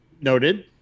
noted